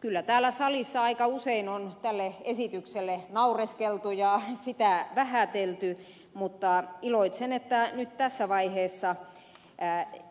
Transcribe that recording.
kyllä täällä salissa aika usein on tälle esitykselle naureskeltu ja sitä vähätelty mutta iloitsen että nyt tässä vaiheessa